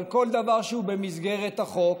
אבל כל דבר שהוא במסגרת החוק,